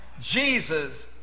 Jesus